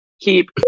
keep